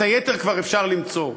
את היתר כבר אפשר למצוא.